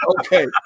Okay